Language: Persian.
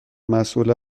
مسئول